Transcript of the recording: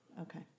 Okay